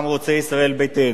העם רוצה ישראל ביתנו.